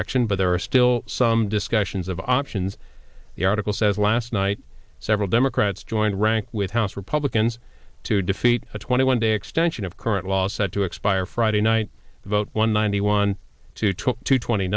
action but there are still some discussions of options the article says last night several democrats joined rank with house republicans to defeat a twenty one day extension of current law set to expire friday night vote one ninety one to talk to twenty